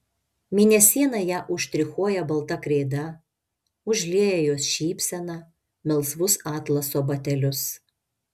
mėnesiena ją užštrichuoja balta kreida užlieja jos šypseną melsvus atlaso batelius